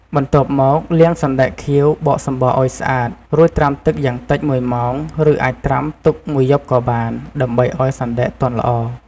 បន្ទាប់មកលាងសណ្ដែកខៀវបកសំបកឲ្យស្អាត រួចត្រាំទឹកយ៉ាងតិច ១ ម៉ោង ឬអាចត្រាំទុកមួយយប់ក៏បាន ដើម្បីឲ្យសណ្ដែកទន់ល្អ។